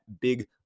big